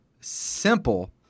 simple